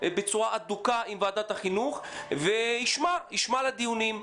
בצורה הדוקה עם ועדת החינוך וישמע לדיונים,